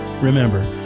Remember